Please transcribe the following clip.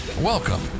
Welcome